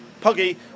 Puggy